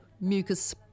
mucus